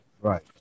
right